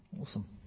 Awesome